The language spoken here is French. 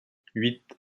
huit